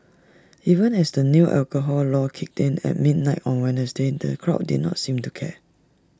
even as the new alcohol law kicked in at midnight on Wednesday the crowd did not seem to care